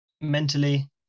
mentally